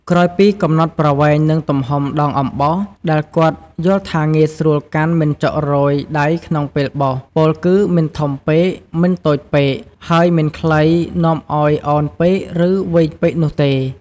ក្រោយពីកំណត់ប្រវែង និងទំហំដងអំបោស ដែលគាត់យល់ថាងាយស្រួលកាន់មិនចុករយដៃក្នុងពេលបោស ពោលគឺ មិនធំពេក មិនតូចពេក ហើយមិនខ្លីនាំឲ្យអោនពេក រឺវែងពេកនោះទេ។